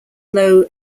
low